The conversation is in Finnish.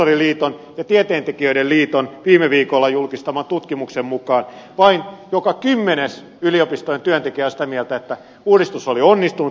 nyt professoriliiton ja tieteentekijöiden liiton viime viikolla julkistaman tutkimuksen mukaan vain joka kymmenes yliopistojen työntekijä on sitä mieltä että uudistus oli onnistunut